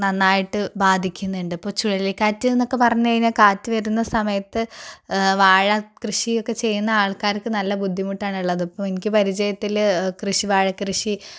നന്നായിട്ട് ബാധിക്കുന്നുണ്ട് ഇപ്പോൾ ചുഴലിക്കാറ്റ് എന്നൊക്കെ പറഞ്ഞു കഴിഞ്ഞാൽ കാറ്റ് വരുന്ന സമയത്ത് വാഴ കൃഷിയൊക്കെ ചെയ്യുന്ന ആൾക്കാർക്ക് നല്ല ബുദ്ധിമുട്ടാണ് ഉള്ളത് ഇപ്പോൾ എനിക്ക് പരിചയത്തിൽ കൃഷി വാഴകൃഷി